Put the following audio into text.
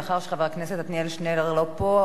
מאחר שחבר הכנסת עתניאל שנלר לא פה,